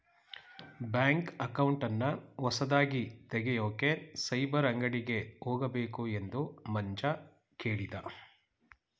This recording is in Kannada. ಬ್ಯಾಂಕ್ ಅಕೌಂಟನ್ನ ಹೊಸದಾಗಿ ತೆಗೆಯೋಕೆ ಸೈಬರ್ ಅಂಗಡಿಗೆ ಹೋಗಬೇಕು ಎಂದು ಮಂಜ ಕೇಳಿದ